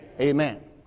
Amen